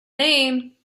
name